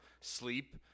sleep